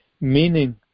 meaning